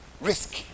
risk